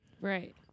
Right